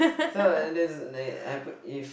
so that's like happen if